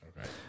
Okay